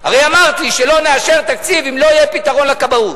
הרי אמרתי שלא נאשר תקציב אם לא יהיה פתרון לכבאות,